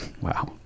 wow